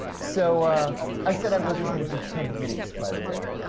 so i said i wasn't gonna do ten minutes, by the way,